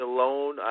Alone